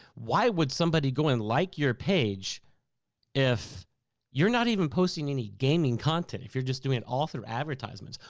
why would somebody go and like your page if you're not even posting any gaming content, if you're just doing it all through advertisements,